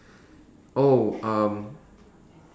oh um